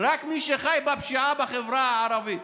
רק מי שחי בפשיעה בחברה הערבית.